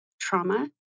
trauma